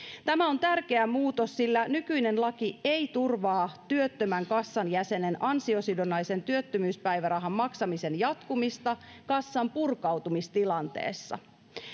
tämä on tärkeä muutos sillä nykyinen laki ei turvaa työttömän kassan jäsenen ansiosidonnaisen työttömyyspäivärahan maksamisen jatkumista kassan purkautumistilanteessa